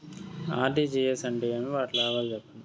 RTGS అంటే ఏమి? వాటి లాభాలు సెప్పండి?